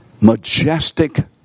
majestic